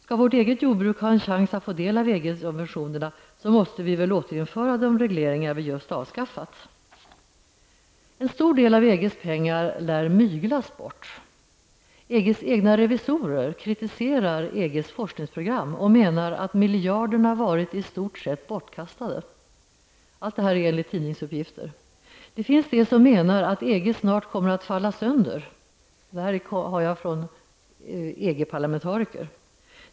Skall vårt eget jordbruk ha en chans att få del av EG-subventionerna, måste vi väl återinföra de regleringar som vi just avskaffat. En stor del av EGs pengar lär myglas bort. EGs egna revisorer kritiserar EGs forskningsprogram och menar att miljarderna i stort sett varit bortkastade -- detta enligt tidningsuppgifter. Det finns de som menar att EG snart kommer att falla sönder enligt vad jag har hört från EG parlamentariker.